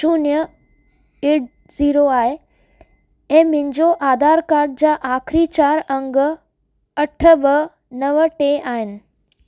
शून्य eight zero आहे ऐं मुहिंजो आधार कार्ड जा आखिरीं चारि अङ अठ ॿ नव टे आहिनि